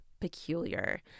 peculiar